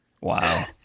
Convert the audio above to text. wow